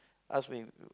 ask when